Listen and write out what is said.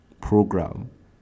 program